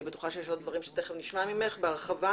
אני בטוחה שיש עוד דברים עליהם תכף נשמע ממך בהרחבה.